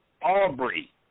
Aubrey